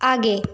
आगे